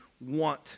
want